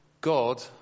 God